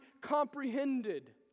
comprehended